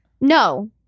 No